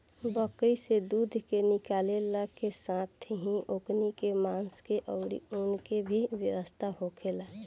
बकरी से दूध के निकालला के साथेही ओकनी के मांस के आउर ऊन के भी व्यवसाय होखेला